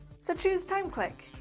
so choose timeclick,